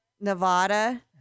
Nevada